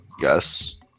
Yes